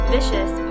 *Vicious*